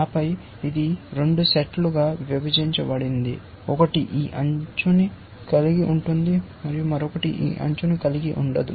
ఆపై ఇది 2 సెట్లుగా విభజించబడింది ఒకటి ఈ అంచుని కలిగి ఉంటుంది మరియు మరొకటి ఈ అంచుని కలిగి ఉండదు